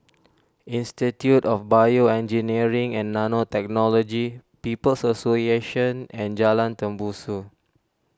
Institute of BioEngineering and Nanotechnology People's Association and Jalan Tembusu